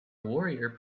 warrior